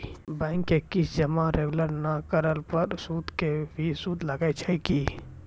Bank के किस्त जमा रेगुलर नै करला पर सुद के भी सुद लागै छै कि?